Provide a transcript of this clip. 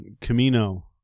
Camino